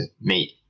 meet